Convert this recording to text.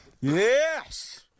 Yes